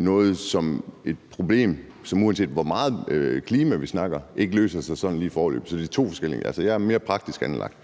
er jo et problem, som, uanset hvor meget klima vi snakker, ikke løser sig sådan lige foreløbig. Så det er to for skillingen. Altså, jeg er mere praktisk anlagt.